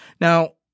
Now